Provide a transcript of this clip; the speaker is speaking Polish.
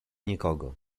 nikogo